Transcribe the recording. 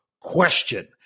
question